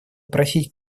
просить